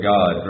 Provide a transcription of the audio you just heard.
God